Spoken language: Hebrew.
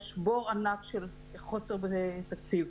יש בור ענק של חוסר בתקציב.